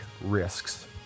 risks